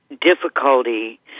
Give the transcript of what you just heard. difficulty